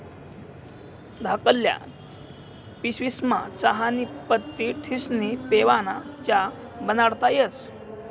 धाकल्ल्या पिशवीस्मा चहानी पत्ती ठिस्नी पेवाना च्या बनाडता येस